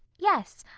yes,